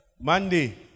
Monday